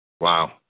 Wow